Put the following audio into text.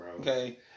Okay